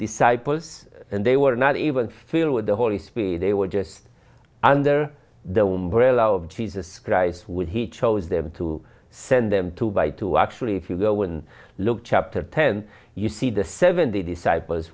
disciples and they were not even filled with the holy spirit they were just under the umbrella of jesus christ when he chose them to send them to by two actually if you go and look chapter ten you see the seventy disciples